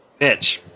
Bitch